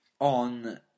on